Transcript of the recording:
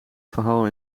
verhaal